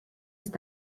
ist